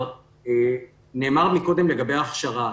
נאמר קודם לגבי הכשרה.